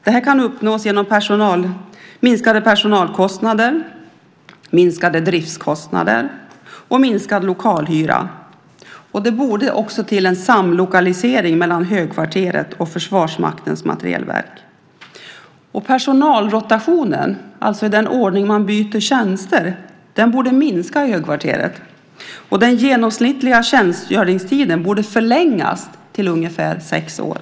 Detta kan uppnås genom minskade personalkostnader, minskade driftskostnader och minskad lokalhyra. Det borde också ske en samlokalisering mellan Högkvarteret och Försvarets materielverk. Personalrotationen, alltså den ordningen att man byter tjänster, borde minska i Högkvarteret. Den genomsnittliga tjänstgöringstiden borde förlängas till ungefär sex år.